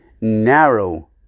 Narrow